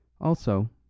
Also